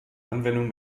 anwendung